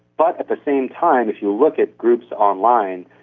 but at the same time if you look at groups online,